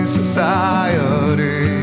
society